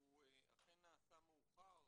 שהוא אכן נעשה מאוחר,